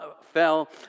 fell